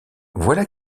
voilà